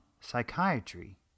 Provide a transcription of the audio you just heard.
psychiatry